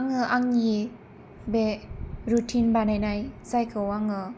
आङो आंनि बे रुटिन बानायनाय जायखौ आङो